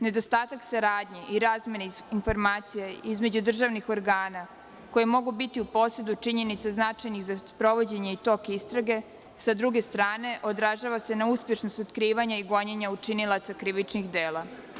Nedostatak saradnje i razmena informacija između državnih organa koje mogu biti u posedu činjenica značajnih za sprovođenje i tok istrage sa druge strane održava se na uspešnost otkrivanja i gonjenja počinioca krivičnih dela.